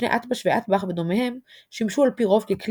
צפני אתב"ש ואטב"ח ודומיהם שימשו על פי רוב ככלי